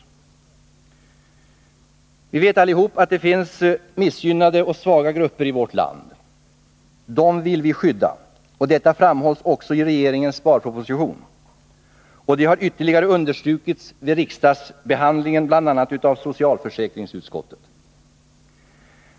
Vi vet alla att det finns missgynnade och svaga grupper i vårt land. Dem vill vi skydda. Detta framhålls också i regeringens sparproposition, och det har ytterligare understrukits i riksdagsbehandlingen av bl.a. socialförsäkringsutskottet.